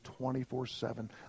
24-7